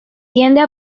tienden